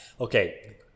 okay